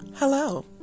Hello